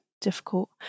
difficult